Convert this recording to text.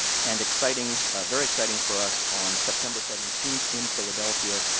and exciting very exciting for us on september seventeenth in philadelphia,